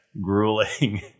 grueling